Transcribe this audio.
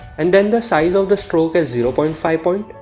and then the size of the stroke as zero point five point